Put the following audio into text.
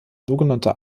sogenannter